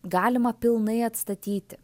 galima pilnai atstatyti